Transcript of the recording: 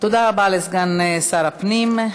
תודה רבה לסגן שר הפנים.